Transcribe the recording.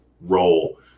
role